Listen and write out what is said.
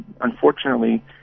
Unfortunately